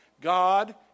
God